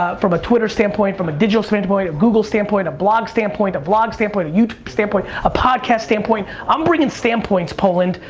from a twitter standpoint, from a digital standpoint, a google standpoint, a blog standpoint, a vlog standpoint, a youtube standpoint, a podcast standpoint. i'm bringing standpoints, poland.